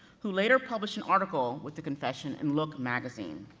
who later published an article with the confession, in look magazine,